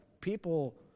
people